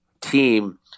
team